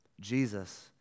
Jesus